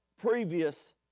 previous